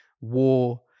War